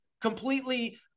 completely